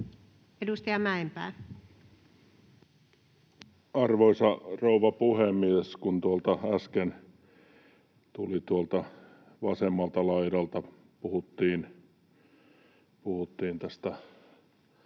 Content: Arvoisa rouva puhemies! Kun äsken tuolta vasemmalta laidalta puhuttiin tästä